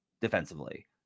defensively